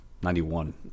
91